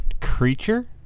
creature